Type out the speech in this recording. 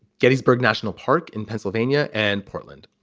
gettysburg national park in pennsylvania and portland.